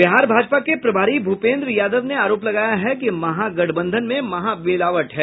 बिहार भाजपा के प्रभारी भूपेंद्र यादव ने आरोप लगाया है कि महागठबंधन में महामिलावट है